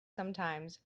sometimes